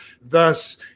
thus